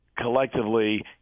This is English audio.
collectively